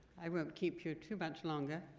i won't keep you too much longer.